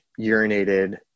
urinated